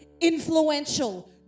influential